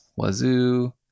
Wazoo